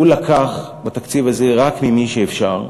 הוא לקח בתקציב הזה רק ממי שאפשר,